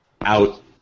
out